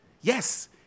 yes